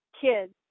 kids